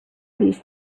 these